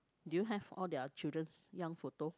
do you have all their children's young photo